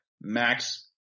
Max